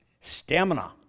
Stamina